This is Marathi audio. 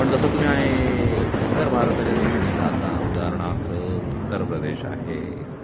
पण जसं तुम्ही आहे उत्तर भारताच्या दिशेने जाता उदाहरणार्थ उत्तर प्रदेश आहे